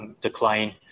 Decline